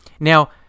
Now